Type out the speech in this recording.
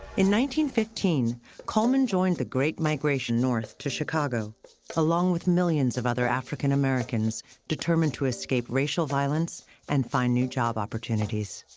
in fifteen coleman joined the great migration north to chicago along with millions of other african americans determined to escape racial violence and find new job opportunities.